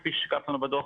כפי שזה השתקף בדוח,